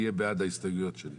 יהיה בעד ההסתייגויות שלי.